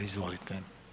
Izvolite.